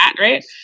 right